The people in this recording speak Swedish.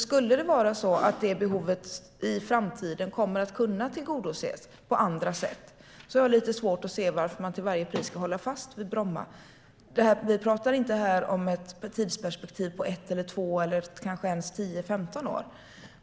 Om behovet kommer att kunna tillgodoses på andra sätt i framtiden har jag svårt att se varför man till varje pris ska hålla fast vid Bromma. Vi talar inte om ett tidsperspektiv på 1, 2 eller kanske ens 10-15 år.